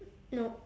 nope